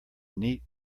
neat